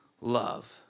love